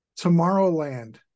Tomorrowland